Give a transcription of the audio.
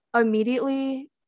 immediately